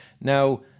Now